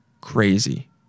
crazy